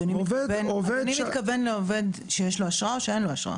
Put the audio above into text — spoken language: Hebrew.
אדוני מתכוון לעובד שיש לו אשרה או שאין לו אשרה?